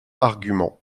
argument